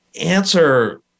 answer